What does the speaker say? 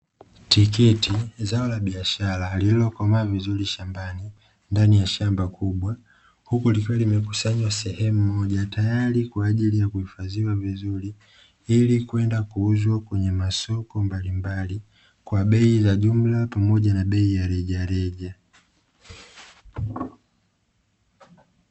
Tikiti, zao la biashara lililo komaa vizuri shambani ndani ya shamba kubwa huku likiwa limekusanywa sehemu moja tayari kwa ajili ya kuhifadhiwa vizuri, ili kwenda kuuzwa kwenye masoko mbalimbali kwa bei za jumla pamoja na bei ya rejareja